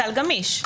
סל גמיש.